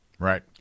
Right